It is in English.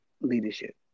leadership